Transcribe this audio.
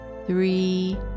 three